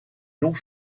longs